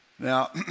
Now